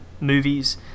movies